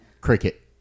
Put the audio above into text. Cricket